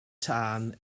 tân